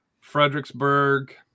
Fredericksburg